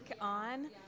on